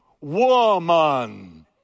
Woman